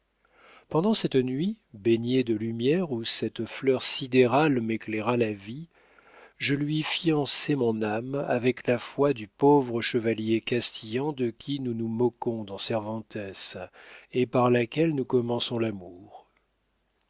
pendant cette nuit baignée de lumière où cette fleur sidérale m'éclaira la vie je lui fiançai mon âme avec la foi du pauvre chevalier castillan de qui nous nous moquons dans cervantès et par laquelle nous commençons l'amour